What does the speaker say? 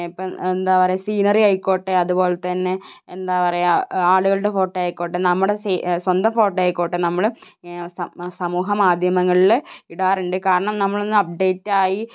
ഇപ്പം എന്താ പറയുക സീനറി ആയിക്കോട്ടെ അതുപോലെത്തന്നെ എന്താ പറയുക ആളുകളുടെ ഫോട്ടോ ആയിക്കോട്ടെ നമ്മുടെ സ്വന്തം ഫോട്ടോ ആയിക്കോട്ടെ നമ്മൾ സമൂഹ മാധ്യമങ്ങളിൽ ഇടാറുണ്ട് കാരണം നമ്മളൊന്നു അപ്ഡേറ്റായി